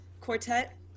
quartet